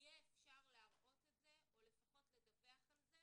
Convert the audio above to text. תהיה לו האפשרות להראות את זה או לפחות לדווח על זה